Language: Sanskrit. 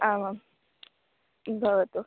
आमां भवतु